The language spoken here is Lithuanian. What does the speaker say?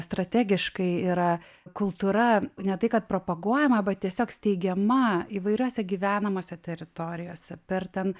strategiškai yra kultūra ne tai kad propaguojama arba tiesiog steigiama įvairiose gyvenamose teritorijose per ten